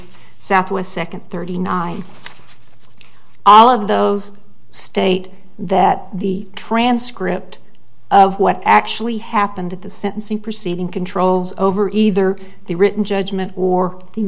southwest second thirty nine all of those state that the transcript of what actually happened at the sentencing proceeding controls over either the written judgment or the